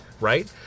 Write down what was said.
right